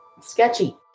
sketchy